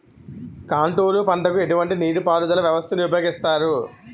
Contour పంటకు ఎటువంటి నీటిపారుదల వ్యవస్థను ఉపయోగిస్తారు?